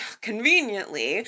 conveniently